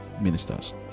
ministers